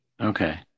Okay